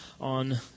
on